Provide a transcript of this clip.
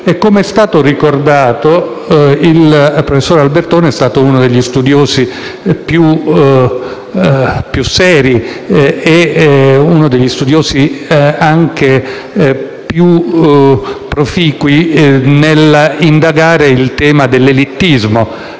Com'è stato ricordato, il professor Albertoni è stato uno degli studiosi più seri e anche più proficui nell'indagare il tema dell'elitismo